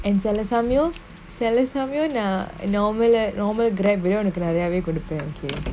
and செலசமயோ செலசமயோ நா:selasamayo selasamayo na normal ah normal grab விட ஒனக்கு நெரயாவே குடுப்பன்:vida onaku nerayave kudupan okay